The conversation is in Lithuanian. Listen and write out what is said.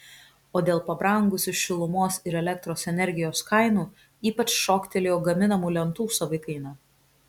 o dėl pabrangusių šilumos ir elektros energijos kainų ypač šoktelėjo gaminamų lentų savikaina